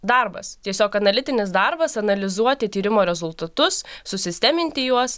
darbas tiesiog analitinis darbas analizuoti tyrimo rezultatus susisteminti juos